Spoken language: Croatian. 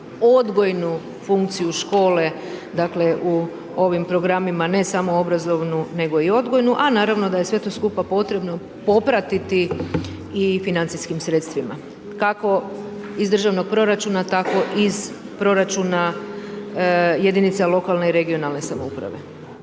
odgojnu funkciju škole, dakle u ovim programima, ne samo obrazovnu nego i odgojnu, a naravno da je sve to skupa potrebno poprati i financijskim sredstvima, kako iz državnog proračuna tako iz proračuna jedinica lokalne i regionalne samouprave.